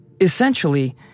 Essentially